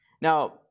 Now